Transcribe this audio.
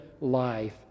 life